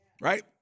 right